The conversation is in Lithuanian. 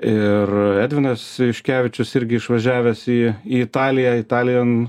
ir edvinas juškevičius irgi išvažiavęs į į italiją italijan